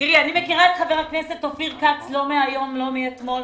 אני מכירה את חבר הכנסת אופיר כץ לא מהיום ולא מאתמול.